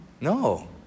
No